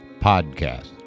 Podcast